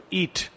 eat